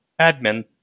admin